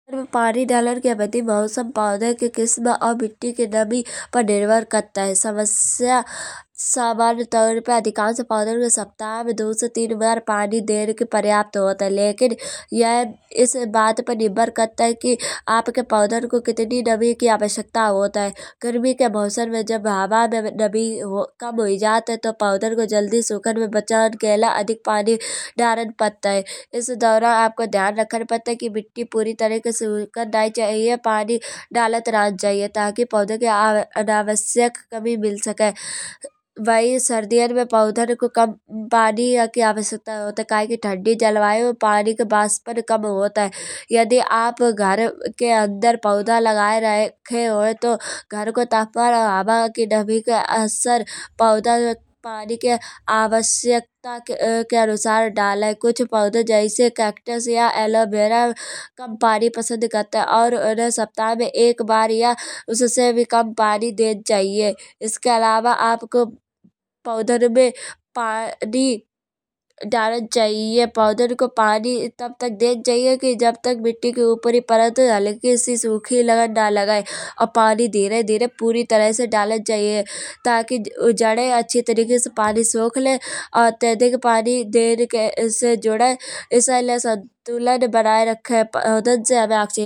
पेड़ में पानी डालन की अवधि मौसम पौधे की किसम और मिट्टी की नमी पर निर्भर करत है। समस्या समान्य ताउर पे अधिकांश पौधन में सप्ताह में दुई से तीन बार पानी देन प्रयाप्त होत है। लेकिन येह इस बात पर निर्भर करत है। की आप के पौधन को कितनी नमी की आवश्यकता होत है। गर्मी के मौसम में जब हवा में नमी कम हुई जात है। तऊ पौधन को जल्दी सूखन से बचन के लाए अधिक पानी डालन पड़त है। इस दौरान आपको ध्यान रखन पड़त है। की मिट्टी पूरी तरीके से सूखन नई चाहिए। पानी डालत रहन चाहिए। ताकि पौधन को अनावश्यक नमी मिल सकाए। वही सर्दियन में पौधन को कम पानी की आवश्यकता होत है। काये की ठंडी जलवायु पानी को वाष्परण कम होत है। यदि आप घर के अंदर पौधा लगाय रहए होए। तऊ घर को तापमान और हवा की नमी को अनुसार पौधा पानी के आवश्यकता के अनुसार डालाए। कुछ पौधन जैसा कैक्टस और एलो वेरा कम पानी पसंद करत है। और इन्हें सप्ताह में एक बार या उस्से भी कम पानी देन चाहिए। इसके अलावा आपको पौधन में पानी डालन चाहिए। पौधन को पानी तब तक देन चाहिए। की जब तक मिट्टी की उपरी परत हल्की सी सूखी लगन ना लगाए। और पानी धीरे धीरे पूरी तरह से डालन चाहिए। ताकि जड़े अच्छी तरह से पानी सोख ले। अत्यधिक पानी देन से जड़े इसके लिए संतुलन बनाए रखाए। पौधन से हामे ऑक्सीजन मिलत है।